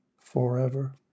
forever